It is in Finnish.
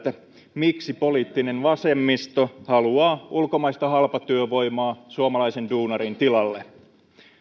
miksi poliittinen vasemmisto haluaa ulkomaista halpatyövoimaa suomalaisen duunarin tilalle